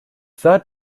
third